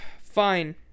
Fine